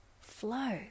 flow